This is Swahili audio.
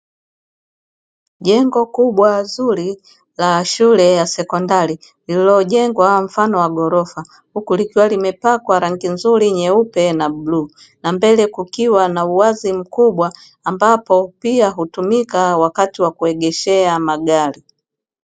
Jengo kubwa zuri la shule ya sekondari lililojengwa mfano wa ghorofa, huku likiwa limepakwa rangi nzuri nyeupe na bluu na mbele kukiwa na uwazi mkubwa ambapo pia hutumika wakati wa kuegeshea magari.